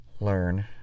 learn